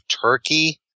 Turkey